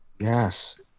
Yes